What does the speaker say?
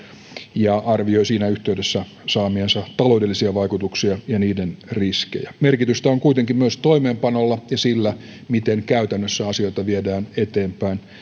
ja arvioi siinä yhteydessä saamiansa taloudellisia vaikutuksia ja niiden riskejä merkitystä on kuitenkin myös toimeenpanolla ja sillä miten käytännössä asioita viedään eteenpäin